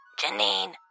Janine